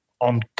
on